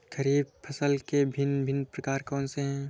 खरीब फसल के भिन भिन प्रकार कौन से हैं?